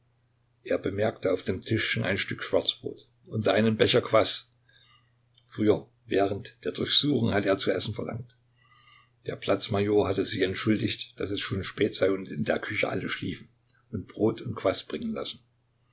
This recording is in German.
er bemerkte auf dem tischchen ein stück schwarzbrot und einen becher mit kwas früher während der durchsuchung hatte er zu essen verlangt der platz major hatte sich entschuldigt daß es schon spät sei und in der küche alle schliefen und brot und kwas bringen lassen